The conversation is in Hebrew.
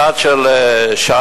אחת של ש"ס,